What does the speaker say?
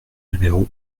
numéro